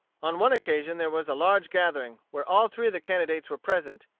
on one occasion there was a large gathering, where all three of the candidates were present,